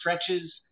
stretches